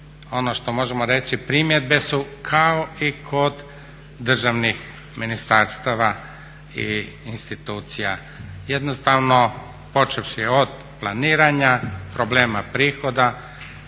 ono što možemo reći primjedbe su kao i kod državnih ministarstava i institucija. Jednostavno počevši od planiranja, problema prihoda,